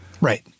Right